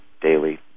daily